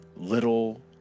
little